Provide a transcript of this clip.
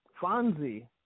Fonzie